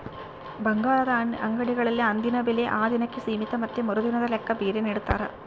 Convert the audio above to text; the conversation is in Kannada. ಬಂಗಾರದ ಅಂಗಡಿಗಳಲ್ಲಿ ಅಂದಿನ ಬೆಲೆ ಆ ದಿನಕ್ಕೆ ಸೀಮಿತ ಮತ್ತೆ ಮರುದಿನದ ಲೆಕ್ಕ ಬೇರೆ ನಿಡ್ತಾರ